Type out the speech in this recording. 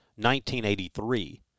1983